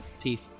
Teeth